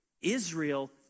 Israel